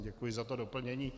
Děkuji za to doplnění.